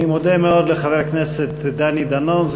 אני מודה מאוד לחבר הכנסת דני דנון,